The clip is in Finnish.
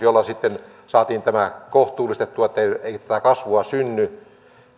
jolla sitten saatiin tämä kohtuullistettua että tätä kasvua ei synny